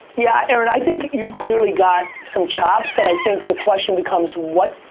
yeah i mean i think you've clearly got some chops and i think the question becomes what,